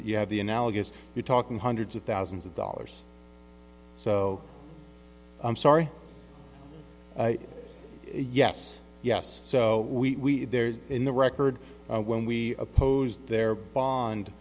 you have the analogous you're talking hundreds of thousands of dollars so i'm sorry yes yes so we there in the record when we opposed their bond